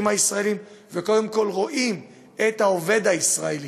הישראליים וקודם כול רואים את העובד הישראלי.